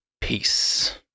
Peace